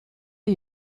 are